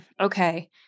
Okay